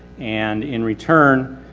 and in return,